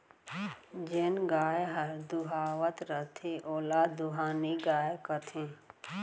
जेन गाय ह दुहावत रथे ओला दुहानी गाय कथें